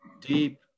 Deep